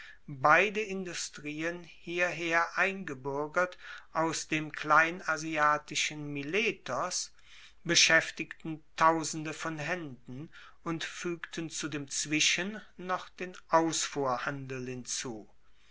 beide industrien hierher eingebuergert aus dem kleinasiatischen miletos beschaeftigten tausende von haenden und fuegten zu dem zwischen noch den ausfuhrhandel hinzu